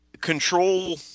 control